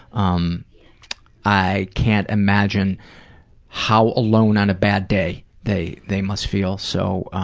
um i can't imagine how alone on a bad day they they must feel so.